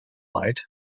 light